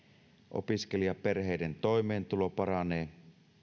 opiskelijaperheiden toimeentulo paranee